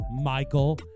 Michael